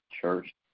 Church